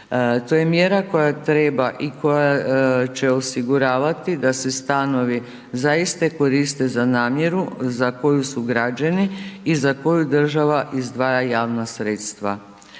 To je mjera koja treba i koja će osiguravati da se stanovi zaista i koriste za namjeru za koju su građeni i za koju država izdvaja javna sredstva.